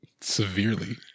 Severely